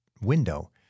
window